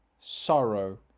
sorrow